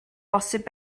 posib